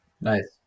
Nice